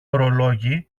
ωρολόγι